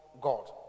God